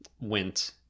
went